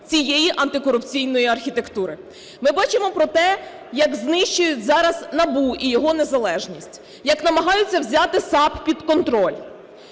цієї антикорупційної архітектури. Ми бачимо про те, як знищують зараз НАБУ і його незалежність, як намагаються взяти САП під контроль.